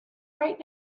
right